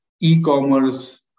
e-commerce